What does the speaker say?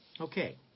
Okay